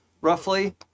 roughly